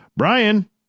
Brian